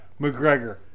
McGregor